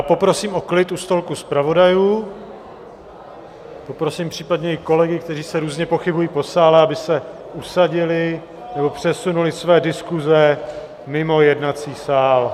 Poprosím o klid u stolku zpravodajů, poprosím případně i kolegy, kteří se různě pohybují po sále, aby se usadili nebo přesunuli své diskuze mimo jednací sál.